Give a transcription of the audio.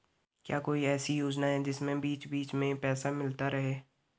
क्या कोई ऐसी योजना है जिसमें बीच बीच में पैसा मिलता रहे?